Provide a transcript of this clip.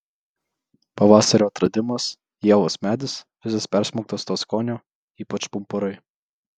pavasario atradimas ievos medis visas persmelktas to skonio ypač pumpurai